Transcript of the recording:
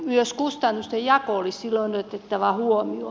myös kustannustenjako olisi silloin otettava huomioon